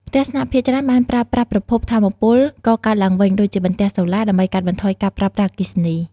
ផ្ទះស្នាក់ភាគច្រើនបានប្រើប្រាស់ប្រភព ថាមពលកកើតឡើងវិញ ដូចជាបន្ទះសូឡា ដើម្បីកាត់បន្ថយការប្រើប្រាស់អគ្គិសនី។